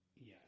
Yes